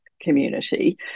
community